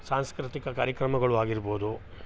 ಸಾಂಸ್ಕೃತಿಕ ಕಾರ್ಯಕ್ರಮಗಳು ಆಗಿರ್ಬೋದು